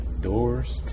doors